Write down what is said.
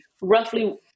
roughly